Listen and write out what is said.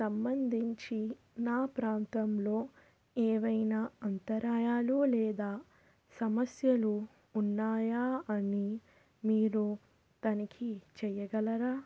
సంబంధించి నా ప్రాంతంలో ఏవైనా అంతరాయాలు లేదా సమస్యలు ఉన్నాయా అని మీరు తనిఖీ చెయ్యగలరా